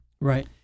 Right